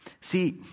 See